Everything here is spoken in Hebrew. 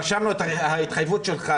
רשמנו את ההתחייבות שלך,